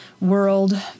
world